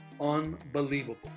unbelievable